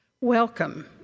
Welcome